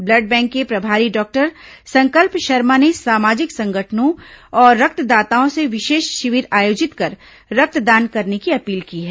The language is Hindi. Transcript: ब्लड बैंक के प्रभारी डॉक्टर संकल्प शर्मा ने सामाजिक संगठनों और रक्तदाताओं से विशेष शिविर आयोजित कर रक्तदान करने की अपील की है